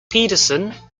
pedersen